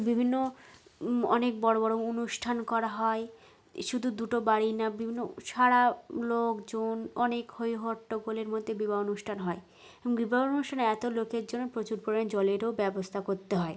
বিভিন্ন অনেক বড়ো বড়ো অনুষ্ঠান করা হয় শুধু দুটো বাড়ি না বিভিন্ন সারা লোকজন অনেক হই হট্টগোলের মধ্যে বিবাহ অনুষ্ঠান হয় বিবাহ অনুষ্ঠানে এত লোকের জন্য প্রচুর পরিমাণে জলেরও ব্যবস্থা করতে হয়